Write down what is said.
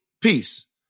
Peace